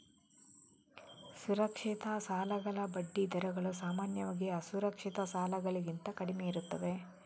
ಸುರಕ್ಷಿತ ಸಾಲಗಳ ಬಡ್ಡಿ ದರಗಳು ಸಾಮಾನ್ಯವಾಗಿ ಅಸುರಕ್ಷಿತ ಸಾಲಗಳಿಗಿಂತ ಕಡಿಮೆಯಿರುತ್ತವೆ